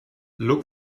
look